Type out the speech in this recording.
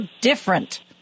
different